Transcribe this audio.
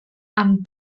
amb